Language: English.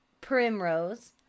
Primrose